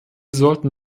sollten